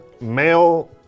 male